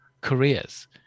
careers